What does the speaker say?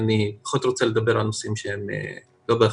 אני פחות רוצה לדעת על נושאים שהם לא באחריותי.